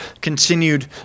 continued